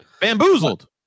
bamboozled